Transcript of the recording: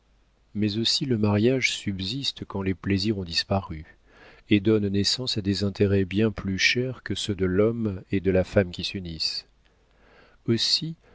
mais aussi le mariage subsiste quand les plaisirs ont disparu et donne naissance à des intérêts bien plus chers que ceux de l'homme et de la femme qui s'unissent aussi